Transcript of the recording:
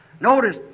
Notice